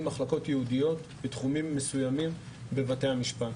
מחלקות ייעודיות בתחומים מסוימים בבתי המשפט.